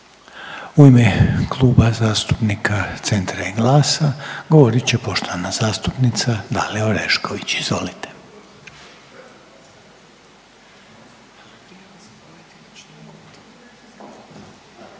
U ime Kluba zastupnika Centra i GLAS-a govorit će poštovana zastupnica Dalija Orešković. Izvolite.